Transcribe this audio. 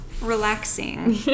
Relaxing